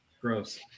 Gross